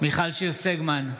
מיכל שיר סגמן,